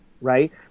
right